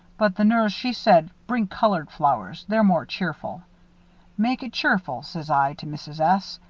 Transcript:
but the nurse, she said bring colored flowers they're more cheerful make it cheerful says i, to mrs. s.